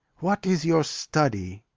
what is your study?